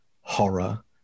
horror